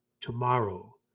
tomorrow